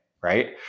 right